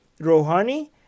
Rouhani